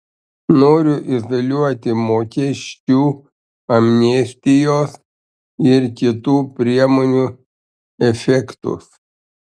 noriu izoliuoti mokesčių amnestijos ir kitų priemonių efektus